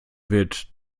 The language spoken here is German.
wird